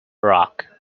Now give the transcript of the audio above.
rock